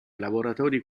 lavoratori